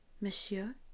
monsieur